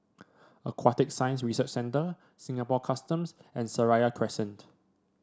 Aquatic Science Research Centre Singapore Customs and Seraya Crescent